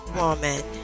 woman